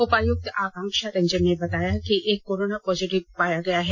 उपायुक्त आकांक्षा रंजन ने बताया कि एक कोरोना पॉजिटिव मरीज पाया गया है